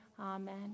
Amen